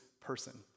person